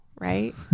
right